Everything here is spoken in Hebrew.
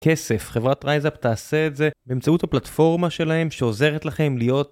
כסף. חברת רייזאפ תעשה את זה באמצעות הפלטפורמה שלהם שעוזרת לכם להיות